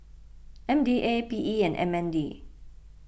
M D A P E and M N D